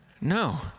No